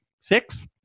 Six